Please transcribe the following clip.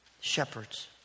shepherds